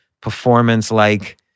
performance-like